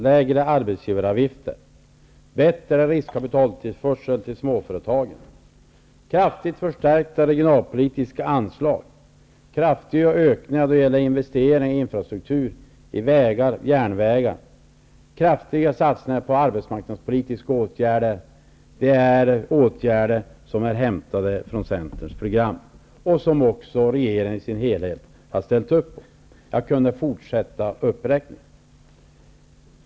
lägre arbetsgivaravgifter; bättre riskkapitaltillförsel till småföretagen; kraftigt förstärkta regionalpolitiska anslag; kraftiga ökningar då det gäller investering i infrastruktur, vägar och järnvägar; kraftiga satsningar på arbetsmarknadspolitiska åtgärder -- allt detta är åtgärder hämtade från Centerns program och som också regeringen i sin helhet ställt upp på. Jag kunde fortsätta uppräkningen.